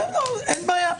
אין בעיה.